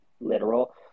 literal